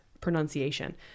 pronunciation